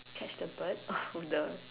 catch the bird the